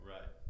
Right